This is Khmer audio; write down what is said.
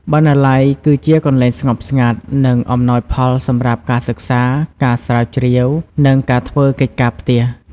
បណ្ណាល័យគឺជាកន្លែងស្ងប់ស្ងាត់ និងអំណោយផលសម្រាប់ការសិក្សា ការស្រាវជ្រាវ និងការធ្វើកិច្ចការផ្ទះ។